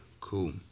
cool